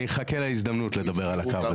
אני אחכה להזדמנות לדבר על הקו.